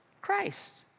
Christ